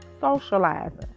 socializing